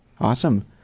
Awesome